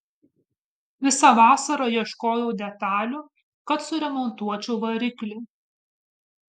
visą vasarą ieškojau detalių kad suremontuočiau variklį